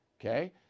Okay